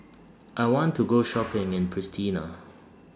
I want to Go Shopping in Pristina